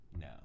No